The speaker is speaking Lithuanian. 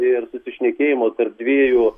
ir susišnekėjimo tarp dviejų